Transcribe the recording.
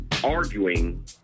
arguing